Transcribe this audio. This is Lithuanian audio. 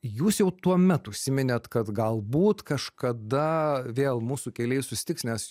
jūs jau tuomet užsiminėt kad galbūt kažkada vėl mūsų keliai susitiks nes